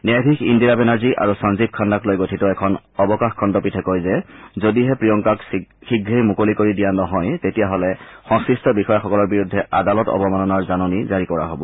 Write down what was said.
ন্যায়াধীশ ইন্দিৰা বেনাৰ্জী আৰু সঞ্জীৱ খান্নাক লৈ গঠিত এখন অৱকাশ খণ্ডপীঠে কয় যে যদিহে প্ৰিয়ংকাক শীঘ্ৰেই মুকলি কৰি দিয়া নহয় তেতিয়াহলে সংশ্লিষ্ট বিষয়াসকলৰ বিৰুদ্ধে অৱমাননাৰ জাননী জাৰি কৰা হ'ব